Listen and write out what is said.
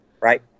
right